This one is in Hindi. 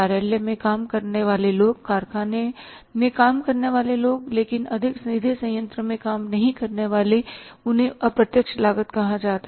कार्यालय में काम करने वाले लोग कारखाने में काम करने वाले लोग लेकिन सीधे संयंत्र में काम नहीं करने वाले उन्हें अप्रत्यक्ष लागत कहा जाता है